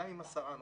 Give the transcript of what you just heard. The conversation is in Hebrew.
גם עם עשרה נוסעים.